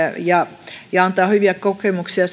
ja se antaa hyviä kokemuksia